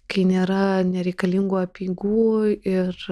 kai nėra nereikalingų apeigų ir